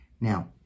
Now